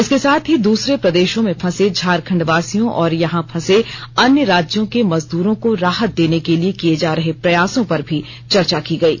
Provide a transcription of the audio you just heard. इसके साथ ही दूसरे प्रदेशों में फंसे झारखंडवासियों और यहां फंसे अन्य राज्यों के मजदूरों को राहत देने के लिए किये जा रहे प्रयासों पर भी चर्चा की गयी